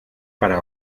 para